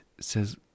says